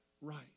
right